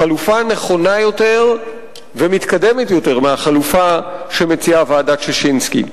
חלופה נכונה יותר ומתקדמת יותר מהחלופה שמציעה ועדת-ששינסקי.